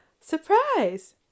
Surprise